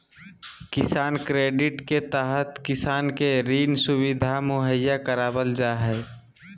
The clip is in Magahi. किसान क्रेडिट कार्ड के तहत किसान के ऋण सुविधा मुहैया करावल जा हय